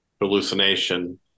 hallucination